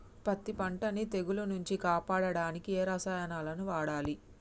పత్తి పంటని తెగుల నుంచి కాపాడడానికి ఏ రసాయనాలను వాడాలి?